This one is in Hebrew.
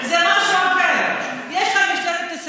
אני מדבר על השיטור העירוני.